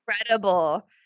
Incredible